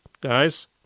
Guys